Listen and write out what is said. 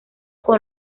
con